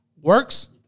works